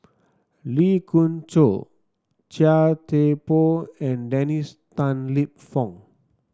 Lee Khoon Choy Chia Thye Poh and Dennis Tan Lip Fong